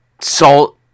salt